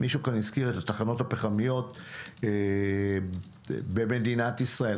מישהו כאן הזכיר את התחנות הפחמיות במדינת ישראל.